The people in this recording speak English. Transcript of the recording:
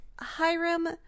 Hiram